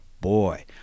boy